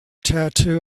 tattoo